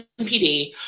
MPD